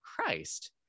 Christ